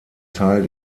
teil